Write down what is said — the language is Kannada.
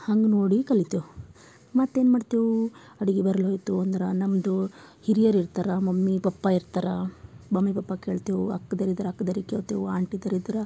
ಹಂಗ ನೋಡಿ ಕಲಿತೆವು ಮತ್ತೇನು ಮಾಡ್ತೇವು ಅಡುಗಿ ಬರ್ಲೋಯಿತು ಅಂದರ ನಮ್ಮದು ಹಿರಿಯರು ಇರ್ತಾರ ಮಮ್ಮಿ ಪಪ್ಪಾ ಇರ್ತಾರ ಮಮ್ಮಿ ಪಪ್ಪಾ ಕೇಳ್ತೇವು ಅಕ್ದಿರು ಇದ್ದರೆ ಅಕ್ದಿರಿಗ್ ಕೇಳ್ತೆವು ಆಂಟಿದಿರು ಇದ್ರ